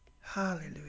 Hallelujah